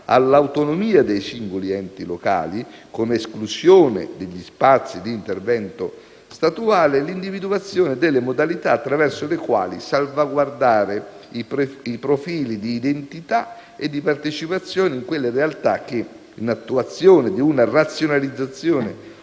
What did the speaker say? all'autonomia dei singoli enti locali - con esclusione di spazi di intervento statuale - l'individuazione delle modalità attraverso le quali salvaguardare i profili di identità e di partecipazione in quelle realtà che, in attuazione di una razionalizzazione